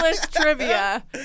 trivia